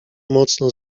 mocno